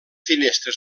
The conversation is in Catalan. finestres